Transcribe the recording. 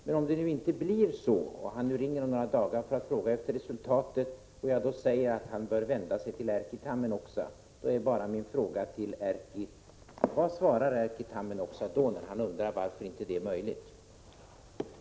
Men om det inte blir så, och om han ringer mig om några dagar och jag säger att han bör vända sig till Erkki Tammenoksa, då är min fråga: Vad svarar Erkki Tammenoksa, när mannen undrar varför det inte är möjligt att göra denna utgivning?